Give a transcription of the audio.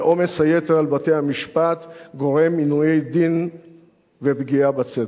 ועומס היתר על בתי-המשפט גורם עינויי דין ופגיעה בצדק.